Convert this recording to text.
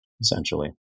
essentially